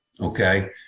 Okay